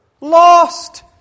Lost